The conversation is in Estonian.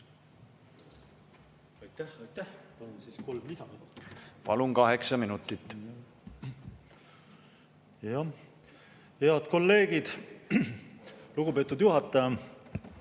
Palun, kaheksa minutit!